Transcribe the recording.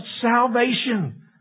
salvation